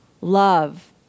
love